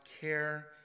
care